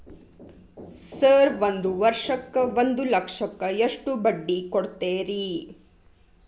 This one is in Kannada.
ಸರ್ ಒಂದು ವರ್ಷಕ್ಕ ಒಂದು ಲಕ್ಷಕ್ಕ ಎಷ್ಟು ಬಡ್ಡಿ ಕೊಡ್ತೇರಿ?